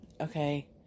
Okay